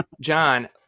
John